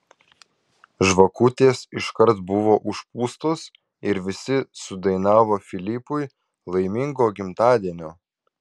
žvakutės iškart buvo užpūstos ir visi sudainavo filipui laimingo gimtadienio